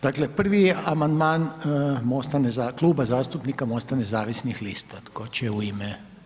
Dakle, prvi je amandman Kluba zastupnika MOST-a nezavisnih lista, tko će u ime…